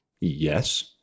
Yes